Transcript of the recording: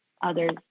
others